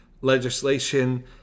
legislation